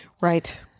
Right